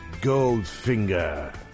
Goldfinger